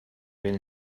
ben